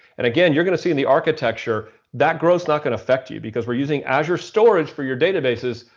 and again, you're going to see in the architecture that grow is not going affect you because we're using azure storage for your databases,